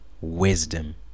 wisdom